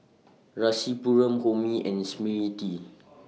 Rasipuram Homi and Smriti